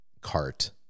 cart